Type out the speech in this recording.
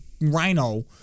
Rhino